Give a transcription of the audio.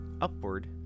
upward